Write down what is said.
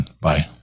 Bye